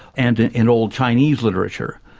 and in old chinese literature.